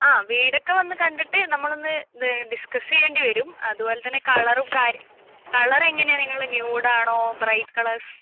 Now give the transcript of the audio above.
ആ വീടൊക്കെ വന്ന് കണ്ടിട്ട് നമ്മളൊന്ന് ഡിസ്കസ് ചെയ്യേണ്ടി വരും അതുപോലത്തന്നെ കളറും കാര്യം കളറെങ്ങനെയാണ് നിങ്ങൾ ന്യൂഡാണോ ബ്രൈറ്റ് കളേഴ്സ്